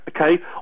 okay